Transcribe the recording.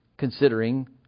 considering